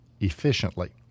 efficiently